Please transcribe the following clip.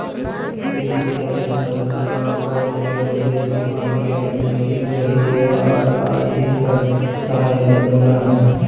कृषि अवसंरचना कोष के उद्देश्य किसान के तकनीकी सहयोग आर आर्थिक सहायता देना हई